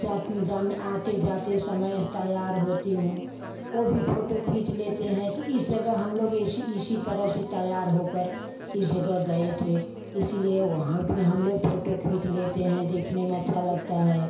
जात जाने आते जाते समय तैयार होती हूँ ओ भी फोटो खींच लेते हैं कि इस जगह हम लोग ऐसी इसी तरह से तैयार होकर इस जगह गए थे इसीलिए वहाँ भी हम लोग फोटो खींच लेते हैं देखने में अच्छा लगता हैं